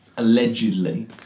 allegedly